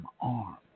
arm